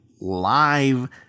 live